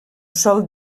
sol